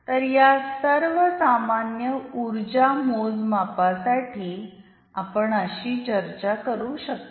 तर या सर्वसामान्य ऊर्जा मोजमापासाठी आपण अशी चर्चा करू शकता